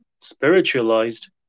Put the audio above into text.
spiritualized